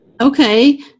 Okay